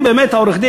לעורך-דין,